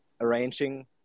arranging